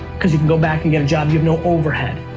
because you can go back and get a job, you have no overhead.